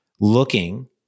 looking